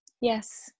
yes